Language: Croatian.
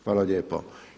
Hvala lijepo.